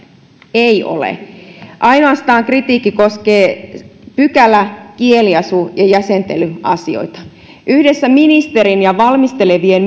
ei ole kritiikki koskee ainoastaan pykälä kieliasu ja jäsentelyasioita yhdessä ministerin ja valmistelevien